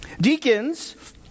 Deacons